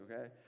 okay